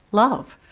love.